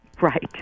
Right